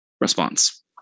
response